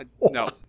No